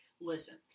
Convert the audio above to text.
listen